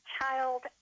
child